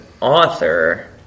author